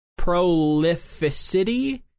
prolificity